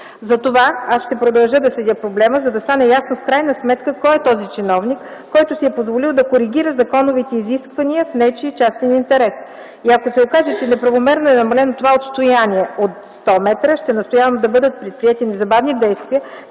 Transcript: Затова аз ще продължа да следя проблема, за да стане ясно в крайна сметка кой е този чиновник, който си е позволил да коригира законовите изисквания в нечий частен интерес. И ако се окаже, че неправомерно е намалено това отстояние от 100 м, ще настоявам да бъдат предприети незабавни действия